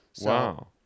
Wow